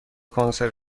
کنسرو